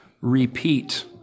repeat